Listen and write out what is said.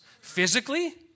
physically